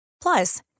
Plus